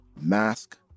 mask